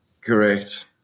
Correct